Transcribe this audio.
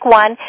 one